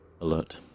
Alert